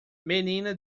menina